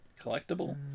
Collectible